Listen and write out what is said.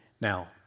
Now